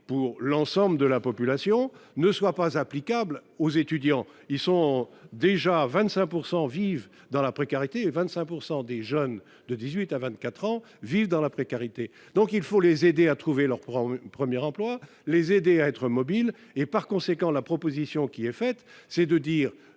pour l'ensemble de la population ne soit pas applicable aux étudiants, ils sont déjà 25 pourcent vivent dans la précarité et 25 pourcent des jeunes de 18 à 24 ans, vivent dans la précarité, donc il faut les aider à trouver leur 1er emploi les aider à être mobile et par conséquent la proposition qui est faite, c'est de dire,